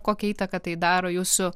kokią įtaką tai daro jūsų